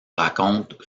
raconte